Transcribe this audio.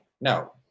No